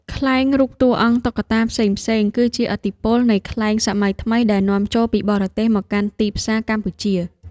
ខ្លែងរូបតួអង្គតុក្កតាផ្សេងៗ គឺជាឥទ្ធិពលនៃខ្លែងសម័យថ្មីដែលនាំចូលពីបរទេសមកកាន់ទីផ្សារកម្ពុជា។